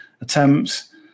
attempts